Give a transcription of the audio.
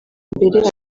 mbere